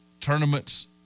tournaments